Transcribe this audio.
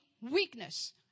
weakness